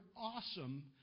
awesome